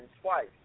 twice